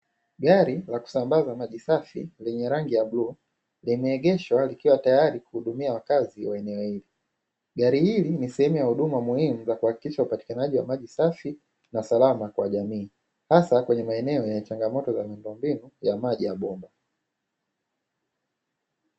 Gari la kusambaza maji safi lenye rangi ya bluu, limeegeshwa likiwa tayari kuhudumia wakazi wa eneo hili. Gari hili ni sehemu ya huduma muhimu za kuhakikisha upatikanaji wa maji safi na salama kwa jamii, hasa kwenye maeneo yenye changamoto za miundombinu ya maji ya bomba.